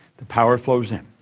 the power flows in,